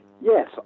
Yes